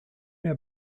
mehr